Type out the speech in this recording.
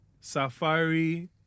Safari